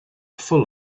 full